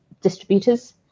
distributors